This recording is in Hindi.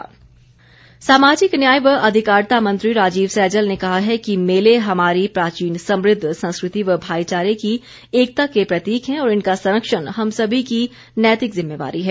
सैजल सामाजिक न्याय व अधिकारिता मंत्री राजीव सैजल ने कहा है कि मेले हमारी प्राचीन समृद्ध संस्कृति व भाईचारे की एकता के प्रतीक हैं और इनका संरक्षण हम सभी की नैतिक जिम्मेवारी है